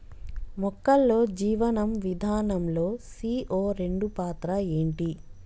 మొక్కల్లో జీవనం విధానం లో సీ.ఓ రెండు పాత్ర ఏంటి?